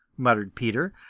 muttered peter.